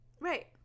Right